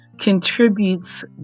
contributes